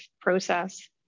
process